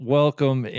welcome